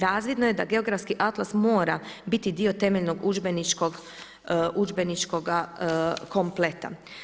Razvidno je da geografski atlas mora biti temeljnog udžbeničkog kompleta.